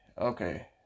okay